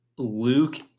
Luke